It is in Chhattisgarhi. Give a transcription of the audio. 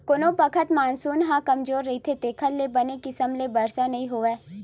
कोनो बखत मानसून ह कमजोर रहिथे जेखर ले बने किसम ले बरसा नइ होवय